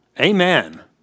Amen